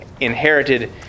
inherited